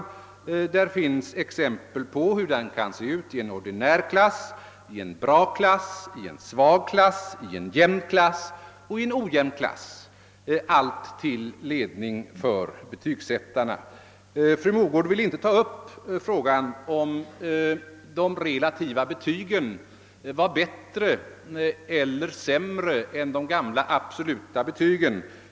Där finns exempel på hur den kan se ut i en ordinär klass, i en bra klass, i en svag klass, i en jämn klass och i en ojämn klass, allt till ledning för betygsättarna. Fru Mogård vill inte ta upp frågan om de relativa betygen i relation till de gamla absoluta betygen.